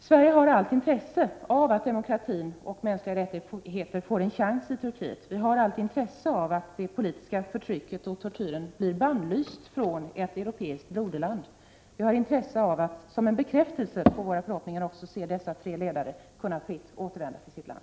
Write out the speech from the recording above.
Sverige har allt intresse av att demokrati och mänskliga rättigheter får en chans i Turkiet. Vi har allt intresse av att det politiska förtrycket och tortyren blir bannlysta från ett europeiskt broderland. Vi har intresse av, som en bekräftelse på våra förhoppningar, att dessa tre ledare fritt kan återvända till sitt land.